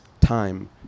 time